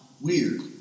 weird